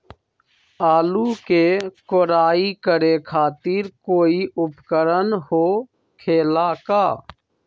आलू के कोराई करे खातिर कोई उपकरण हो खेला का?